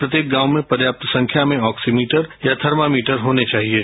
प्रत्येकगांव में पर्याप्त संख्या में ऑक्सीमीटर और थर्मामीटर होने चाहिये